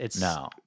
No